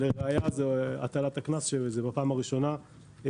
ולראיה זה הטלת הקנס שהמשרד הטיל בפעם הראשונה.